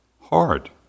hard